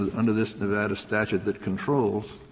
under this nevada statute that controls,